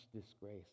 disgrace